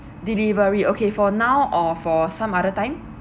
delivery okay for now or for some other time